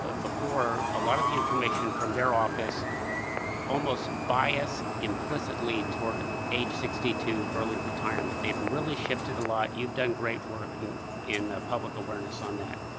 ah before, a lot of the information from their office almost biased implicitly toward age sixty two, early retirement. they've really shifted a lot. you've done great work in in, ah, public awareness on that.